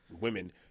women